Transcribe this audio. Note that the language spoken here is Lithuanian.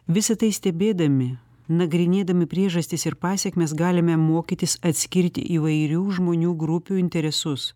visa tai stebėdami nagrinėdami priežastis ir pasekmes galime mokytis atskirt įvairių žmonių grupių interesus